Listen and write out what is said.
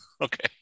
okay